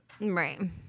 Right